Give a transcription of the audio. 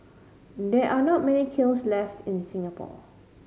there are not many kilns left in Singapore